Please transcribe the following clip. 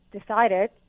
decided